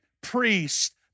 priest